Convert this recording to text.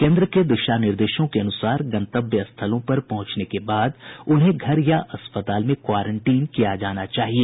केंद्र के दिशा निर्देशों के अनुसार गंतव्य स्थलों पर पहुंचने के बाद उन्हें घर या अस्पताल में क्वारेंटीन किया जाना चाहिए